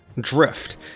drift